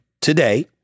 today